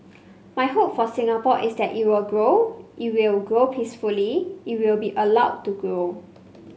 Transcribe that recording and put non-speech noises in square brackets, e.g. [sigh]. [noise] my hope for Singapore is that it will grow it will grow peacefully it will be allowed to grow